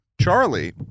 Charlie